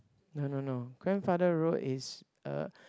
no no no grandfather road is a